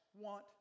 want